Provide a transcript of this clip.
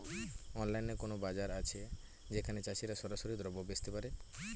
অনলাইনে কোনো বাজার আছে যেখানে চাষিরা সরাসরি দ্রব্য বেচতে পারে?